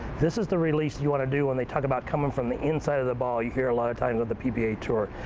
this is the release you want to do when they talk about coming from the inside of the ball you hear a lot of times on the pba tour.